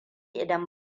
idan